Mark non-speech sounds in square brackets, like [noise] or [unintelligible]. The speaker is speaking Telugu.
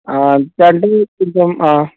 [unintelligible] కొంచెం